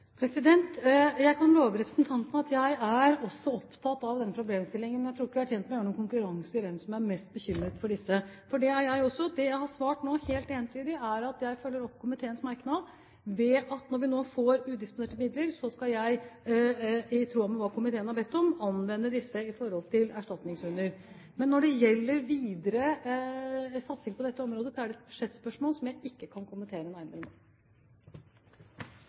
Jeg kan love representanten at også jeg er opptatt av denne problemstillingen, men jeg tror ikke vi er tjent med å lage en konkurranse om hvem som er mest bekymret for dette. Jeg er også det. Det jeg har svart nå, helt entydig, er at jeg følger opp komiteens merknad ved at når vi nå får udisponerte midler, skal jeg i tråd med hva komiteen har bedt om, anvende disse på erstatningshunder. Men når det gjelder videre satsing på dette området, er det et budsjettspørsmål som jeg ikke kan kommentere nærmere nå.